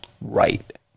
right